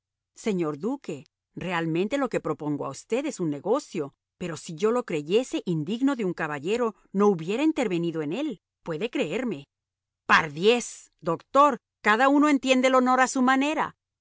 señor duque realmente lo que propongo a usted es un negocio pero si yo lo creyese indigno de un caballero no hubiera intervenido en él puede creerme pardiez doctor cada uno entiende el honor a su manera